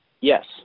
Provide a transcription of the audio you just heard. Yes